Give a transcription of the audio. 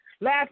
Last